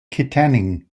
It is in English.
kittanning